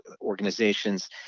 organizations